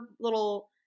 little